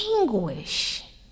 anguish